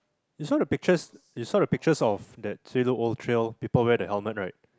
you saw the pictures you saw the pictures of that old trail people wear that helmet right